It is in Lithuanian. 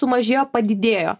sumažėjo padidėjo